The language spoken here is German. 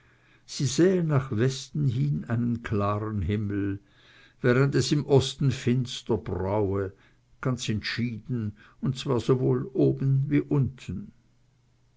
sie sähe nach westen hin einen klaren himmel während es im osten finster braue ganz entschieden und zwar oben sowohl wie unten oben wie unten